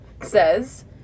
says